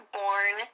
born